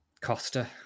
Costa